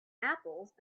apples